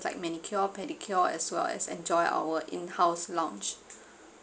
like manicure pedicure as well as enjoy our in house lounge